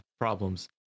problems